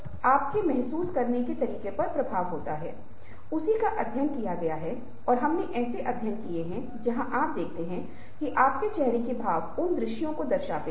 इसलिए आपको संभवतः नई रणनीतियों को विकसित करना होगा हम यह लगाएंगे कि आप उन रणनीतियों का क्या उपयोग कर रहे हैं जो मज़ेदार होंगी तो यह रोमांचक होगा जब आप यह पता लगाने की कोशिश करेंगे कि आप इस समस्याओं पर बातचीत करने का प्रयास कैसे कर रहे हैं